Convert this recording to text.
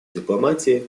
дипломатии